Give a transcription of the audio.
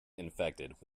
infected